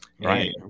right